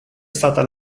stata